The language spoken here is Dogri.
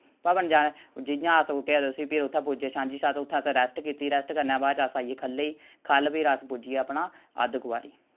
भवन जाने जि'यां अस केह् आखदे उसी फिर उत्थै पुज्जे सांझीछत्त उत्थै असें रैस्ट कीती रैस्ट करने दे बाद च अस आई गे ख'ल्लै गी ख'ल्ल फिर अस पुज्जी गे अपना अद्धकवारी